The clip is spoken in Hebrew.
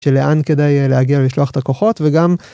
שלאן כדאי להגיע ולשלוח את הכוחות, וגם